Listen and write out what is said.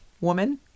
woman